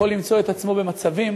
יכול למצוא את עצמו במצבים,